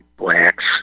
Blacks